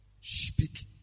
Speak